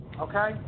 okay